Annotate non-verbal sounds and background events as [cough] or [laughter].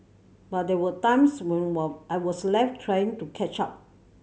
but there were times when [unintelligible] I was left trying to catch up